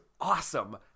awesome